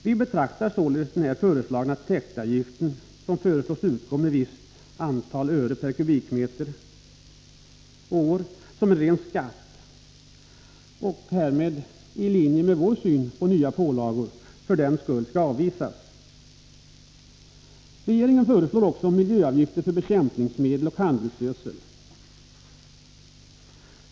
Vi betraktar således den här föreslagna täktavgiften, vilken föreslås utgå med ett visst antal ören per kubikmeter och år, som en ren skatt. I enlighet med vår syn på nya pålagor anser vi att detta förslag skall avvisas. Regeringen föreslår också miljöavgifter för bekämpningsmedel och handelsgödsel.